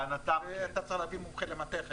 אתה צריך להביא מומחה למתכת.